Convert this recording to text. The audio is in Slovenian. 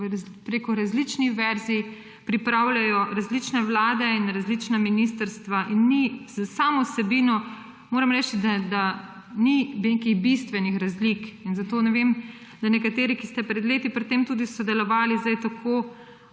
preko različnih verzij pripravljajo različne vlade in različna ministrstva in s samo vsebino, moram reči, da ni nekih bistvenih razlik. Zato ne vem, da nekateri, ki ste pred leti pri tem tudi sodelovali, sedaj grdo